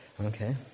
Okay